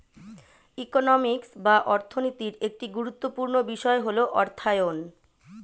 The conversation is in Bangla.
ইকোনমিক্স বা অর্থনীতির একটি গুরুত্বপূর্ণ বিষয় হল অর্থায়ন